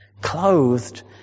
clothed